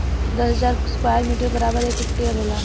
दस हजार square metre बराबर एक हेक्टेयर होला